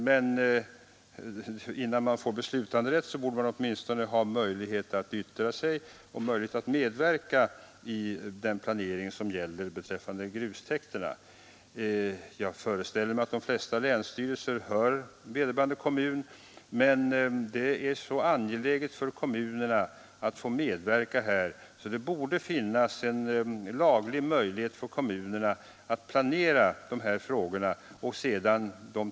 Men innan man får beslutanderätt borde man åtminstone ha möjlighet att yttra sig och medverka vid den planering som gäller grustäkter. Jag föreställer mig att de flesta länsstyrelser hör vederbörande kommun, men det är så angeläget för kommunerna att få medverka här att det borde finnas en laglig möjlighet för kommunerna att planera grustäkter.